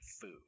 food